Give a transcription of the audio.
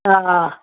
हा